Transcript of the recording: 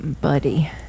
buddy